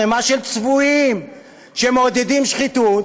ערמה של צבועים שמעודדים שחיתות.